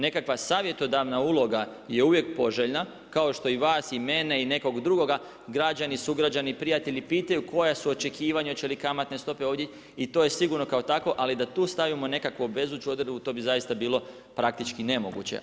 Nekakva savjetodavna uloga je uvijek poželjna kao što i vas i mene i nekog drugoga, građani i sugrađani, prijatelji pitaju koja su očekivanja hoće li kamatne stope i to je sigurno kao takvo, ali da tu stavimo nekakvu obvezujuću odredbu to bi zaista bilo praktički nemoguće.